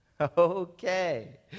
Okay